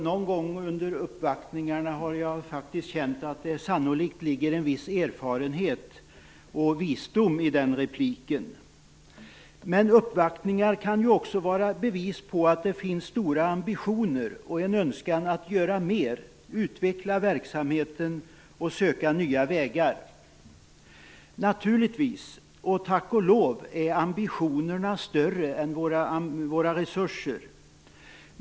Någon gång under uppvaktningarna har jag faktiskt känt att det sannolikt ligger en viss erfarenhet och visdom i den repliken. Men uppvaktningar kan ju också vara bevis på att det finns stora ambitioner och en önskan att göra mer, utveckla verksamheten och söka nya vägar. Naturligtvis, och tack och lov, är ambitionerna större än våra resurser.